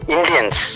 Indians